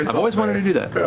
um always wanted to do that.